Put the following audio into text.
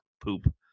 poop